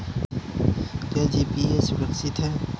क्या जी.पी.ए सुरक्षित है?